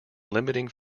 limiting